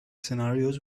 scenarios